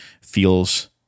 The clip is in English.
feels